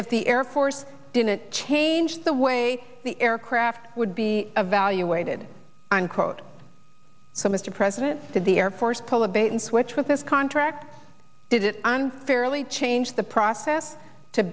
if the air force didn't change the way the aircraft would be evaluated unquote so mr president did the air force pull a bait and switch with this contract did it unfairly change the process to